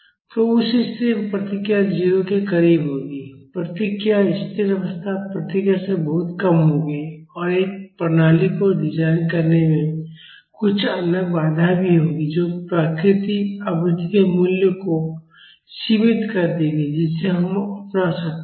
तो उस स्थिति में प्रतिक्रिया 0 के करीब होगी प्रतिक्रिया स्थिर अवस्था प्रतिक्रिया से बहुत कम होगी और एक प्रणाली को डिजाइन करने में कुछ अन्य बाधाएं भी होंगी जो प्राकृतिक आवृत्ति के मूल्य को सीमित कर देंगी जिसे हम अपना सकते हैं